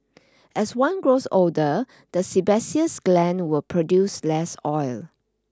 as one grows older the sebaceous glands will produce less oil